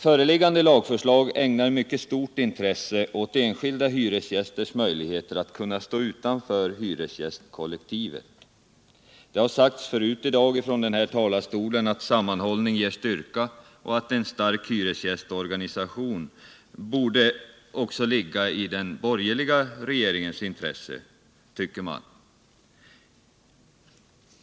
Föreliggande lagförslag ägnar mycket stort intresse åt enskilda hyresgästers möjligheter att kunna stå utantör hyresgästkollektivet. Det har sagts förut I dag från den här talarstolen att sammanhållning ger styrka. och man tycker att en stark hyresgästorganisation också borde ligga i den borgerliga regeringens intresse.